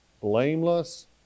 Blameless